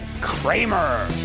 Kramer